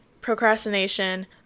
procrastination